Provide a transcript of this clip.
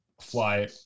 fly